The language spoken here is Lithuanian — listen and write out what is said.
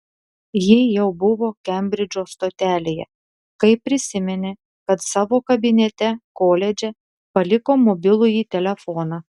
ji jau buvo kembridžo stotelėje kai prisiminė kad savo kabinete koledže paliko mobilųjį telefoną